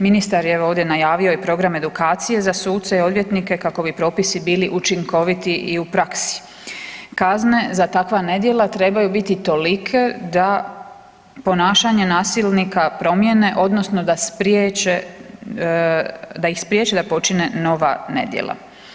Ministar je evo ovdje najavio i program edukcije za suce i odvjetnike kako bi propisi bili učinkoviti i u praksi, kazne za takva nedjela trebaju biti tolike da ponašanje nasilnika promijene odnosno da ih spriječe da počine nova nedjela.